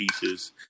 pieces